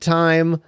time